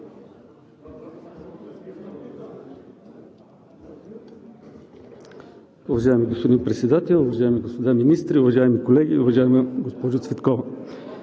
уважаеми господин Председател, уважаеми господа министри, уважаеми колеги! Уважаема госпожо Цветкова,